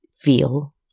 feel